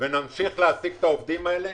ונמשיך להעסיק את העובדים האלה,